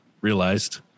realized